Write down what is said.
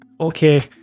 Okay